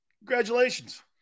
Congratulations